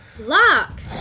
Lock